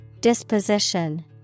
Disposition